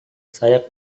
saya